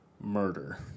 murder